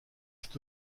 cet